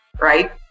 right